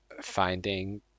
finding